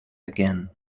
again